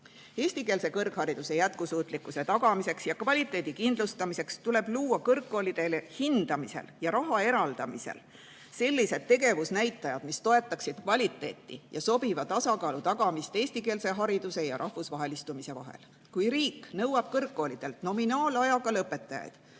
Eestikeelse kõrghariduse jätkusuutlikkuse tagamiseks ja kvaliteedi kindlustamiseks tuleb luua kõrgkoolide hindamisel ja raha eraldamisel sellised tegevusnäitajad, mis toetaksid kvaliteeti ja sobiva tasakaalu tagamist eestikeelse hariduse ja rahvusvahelistumise vahel. Kui riik nõuab kõrgkoolidelt nominaalajaga lõpetajaid,